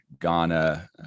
Ghana